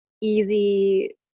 easy